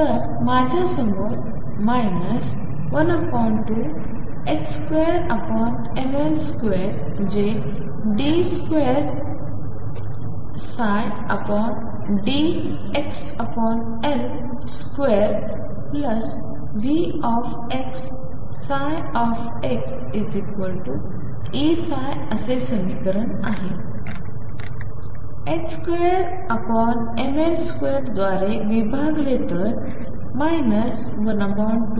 तर माझ्या समोर उणे 12 2mL2 जे d2d2VxxEψ असे समीकरण आहे 2mL2 द्वारे विभागले तर 12d2dxL2Vx2mL2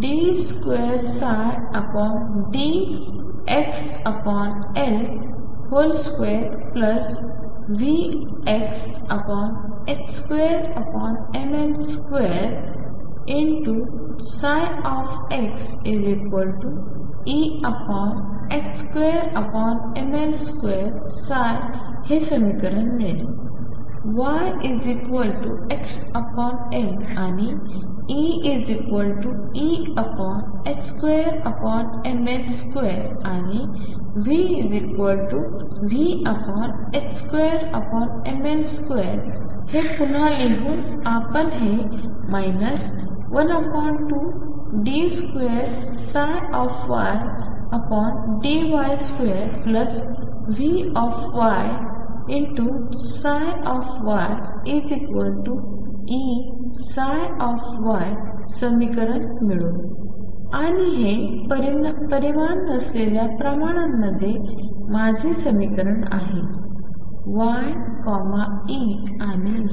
ψxE2mL2 ψ हे समीकरण मिळेल yxL आणि EE2mL2आणि VV2mL2 हे पुन्हा लिहून आपण हे 12d2ydy2V ψyE ψ समीकरण मिळवू आणि हे परिमाण नसलेल्या प्रमाणांमध्ये माझे समीकरण आहे y E आणि V